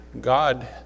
God